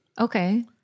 Okay